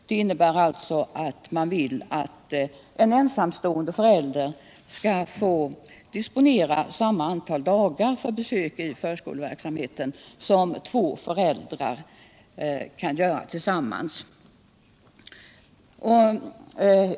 Det innebär att man vill att en ensamstående förälder skall få disponera samma antal dagar för besök i förskoleverksamhet som två föräldrar kan göra tillsammans.